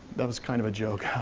that was kind of a joke.